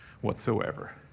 whatsoever